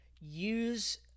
use